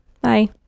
Bye